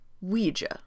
Ouija